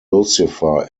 lucifer